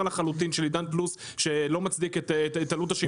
לחלוטין של עידן פלוס שלא מצדיק את עלות השידור בו.